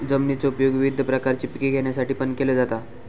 जमिनीचो उपयोग विविध प्रकारची पिके घेण्यासाठीपण केलो जाता